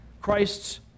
Christ's